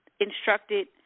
instructed